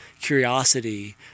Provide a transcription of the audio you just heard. curiosity